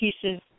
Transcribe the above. pieces